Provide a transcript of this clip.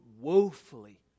woefully